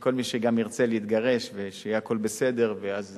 שכל מי שירצה להתגרש, שיהיה הכול בסדר, ואז